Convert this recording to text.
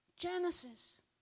Genesis